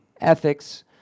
ethics